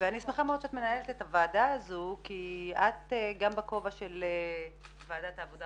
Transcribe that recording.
אני שמחה מאוד שאת מנהלת את הוועדה הזו כי את גם בכובע של ועדת העבודה,